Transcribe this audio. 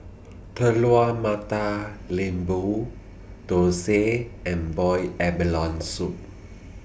Telur Mata Lembu Thosai and boiled abalone Soup